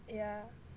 yeah